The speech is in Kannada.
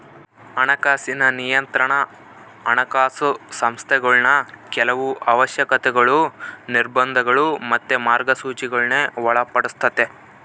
ಹಣಕಾಸಿನ ನಿಯಂತ್ರಣಾ ಹಣಕಾಸು ಸಂಸ್ಥೆಗುಳ್ನ ಕೆಲವು ಅವಶ್ಯಕತೆಗುಳು, ನಿರ್ಬಂಧಗುಳು ಮತ್ತೆ ಮಾರ್ಗಸೂಚಿಗುಳ್ಗೆ ಒಳಪಡಿಸ್ತತೆ